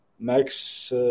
Max